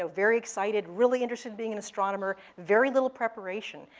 ah very excited, really interested in being an astronomer, very little preparation.